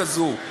כזאת.